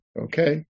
Okay